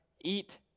eat